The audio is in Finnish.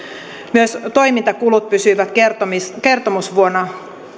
myös toimintakulut pysyivät kertomusvuonna kertomusvuonna